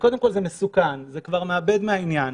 מסוכן וזה כבר מאבד מהעניין.